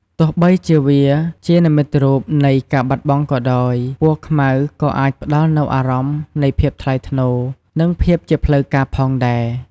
ទោះបីជាវាជានិមិត្តរូបនៃការបាត់បង់ក៏ដោយ ពណ៌ខ្មៅក៏អាចផ្តល់នូវអារម្មណ៍នៃភាពថ្លៃថ្នូរ និងភាពជាផ្លូវការផងដែរ។